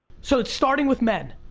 so it's starting with men.